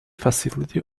facility